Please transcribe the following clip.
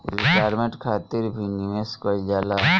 retirement खातिर भी निवेश कईल जाला